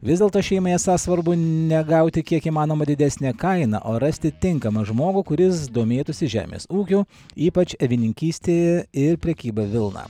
vis dėlto šeimai esą svarbu ne gauti kiek įmanoma didesnę kainą o rasti tinkamą žmogų kuris domėtųsi žemės ūkiu ypač avininkystė ir prekyba vilna